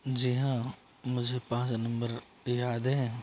जी हाँ मुझे पाँच नंबर याद हैं